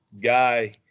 guy –